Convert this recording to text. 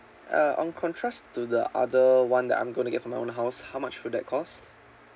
uh on contrast to the other one that I'm going to get my own house how much will that cost